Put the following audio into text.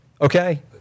Okay